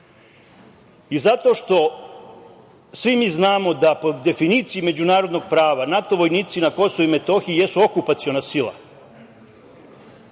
I zato što mi svi znamo da po definiciji međunarodnog prava NATO vojnici na Kosovu i Metohiji jesu okupaciona sila